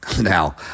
Now